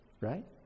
right